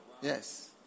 Yes